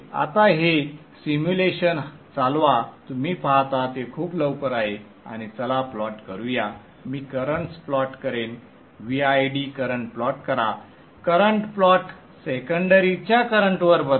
आता हे सिम्युलेशन चालवा तुम्ही पाहता ते खूप लवकर आहे आणि चला प्लॉट करूया मी करंट्स प्लॉट करेन Vid करंट प्लॉट करा करंट प्लॉट सेकंडरीच्या करंटवर बदला